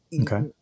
Okay